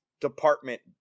department